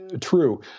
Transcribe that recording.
true